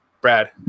Brad